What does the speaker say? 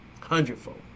hundredfold